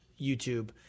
YouTube